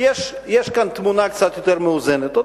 יש כאן תמונה קצת יותר מאוזנת.